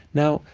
now,